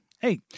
Hey